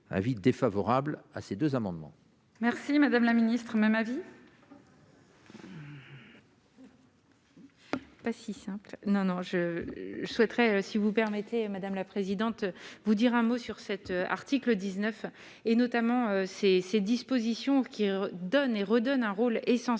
avis défavorable à ces deux amendements. Merci madame la ministre, ma vie. Pas si simple non non je je souhaiterais si vous permettez, madame la présidente, vous dire un mot sur cette article 19 et notamment ces ces dispositions qui donne et redonne un rôle essentiel